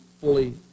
fully